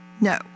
No